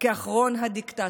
כאחרון הדיקטטורים.